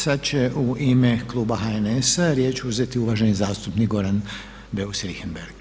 Sad će u ime Kluba HNS-a riječ uzeti uvaženi zastupnik Goran Beus Richembergh.